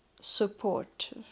support